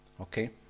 Okay